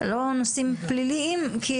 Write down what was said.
לא נושאים פליליים אבל